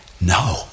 No